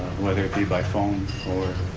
whether it be by phone or,